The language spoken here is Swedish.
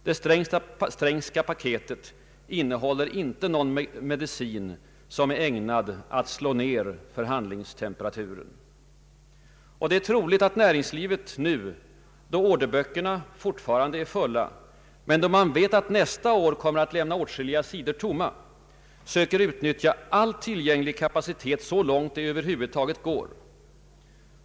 Det Strängska paketet innehåller inte någon medicin som är ägnad att sänka förhandlingstemperaturen. Det är troligt att näringslivet nu — då orderböckerna fortfarande är fulla, men då man vet att nästa år kommer att lämna åtskilliga sidor tomma — söker utnyttja all tillgänglig kapacitet så långt det över huvud taget går.